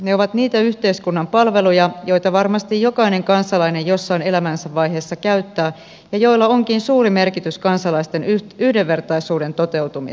ne ovat niitä yhteiskunnan palveluja joita varmasti jokainen kansalainen jossain elämänsä vaiheessa käyttää ja joilla onkin suuri merkitys kansalaisten yhdenvertaisuuden toteutumiselle